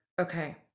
Okay